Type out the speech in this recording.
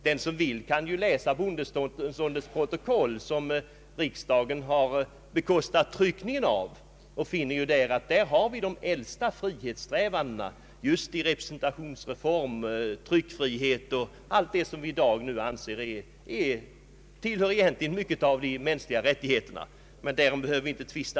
Den som vill kan läsa bondeståndets protokoll vilkas tryckning har bekostats av riksdagen. Man finner där de äldsta frihetssträvandena, gällande representation, tryckfrihet och allt det vi i dag anser tillhöra de mänskliga rättigheterna.